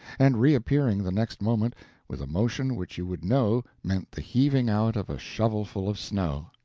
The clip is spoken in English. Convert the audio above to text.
and reappearing the next moment with a motion which you would know meant the heaving out of a shovelful of snow.